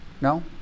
No